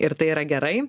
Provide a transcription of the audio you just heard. ir tai yra gerai